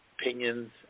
opinions